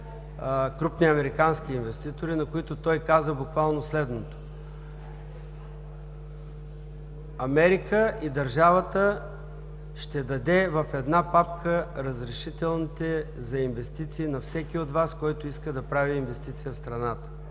крупни американски инвеститори, на които той каза буквално следното: „Америка и държавата ще даде в една папка разрешителните за инвестиции на всеки от Вас, който иска да прави инвестиция в страната.“